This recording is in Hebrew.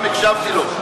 וגם הקשבתי לו,